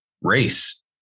race